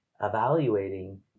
evaluating